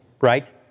right